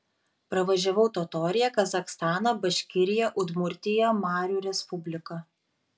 pravažiavau totoriją kazachstaną baškiriją udmurtiją marių respubliką